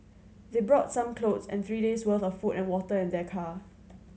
they brought some clothes and three days' worth of food and water in their car